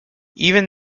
even